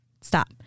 Stop